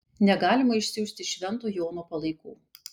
negalima išsiųsti švento jono palaikų